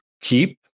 keep